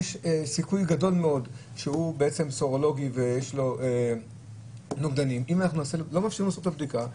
יש סיכוי גדול מאוד שבעצם יש לו נוגדנים ולא מאפשרים לעשות לו בדיקה.